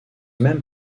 même